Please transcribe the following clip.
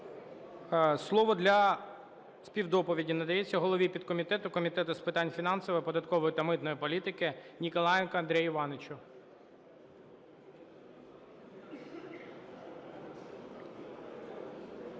Слово для співдоповіді надається голові підкомітету Комітету з питань фінансів, податкової та митної політики Ніколаєнку Андрію Івановичу.